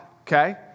okay